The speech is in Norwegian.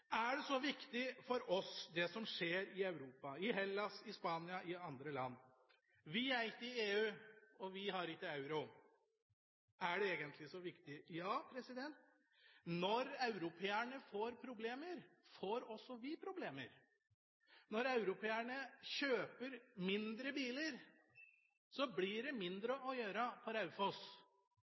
Er det så viktig for oss det som skjer i Europa – i Hellas, i Spania, i andre land? Vi er ikke i EU, og vi har ikke euro. Er det egentlig så viktig? Ja, når europeerne får problemer, får vi også problemer. Når europeerne kjøper færre biler, blir det mindre å gjøre på Raufoss.